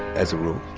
as a